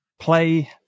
play